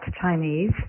Chinese